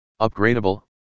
Upgradable